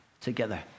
together